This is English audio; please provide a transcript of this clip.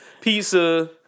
pizza